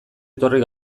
etorri